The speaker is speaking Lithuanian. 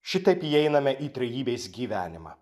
šitaip įeiname į trejybės gyvenimą